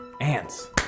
Ants